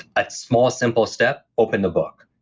a small simple step, open the book,